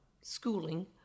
schooling